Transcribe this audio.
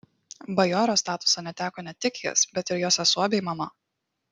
bajoro statuso neteko ne tik jis bet ir jo sesuo bei mama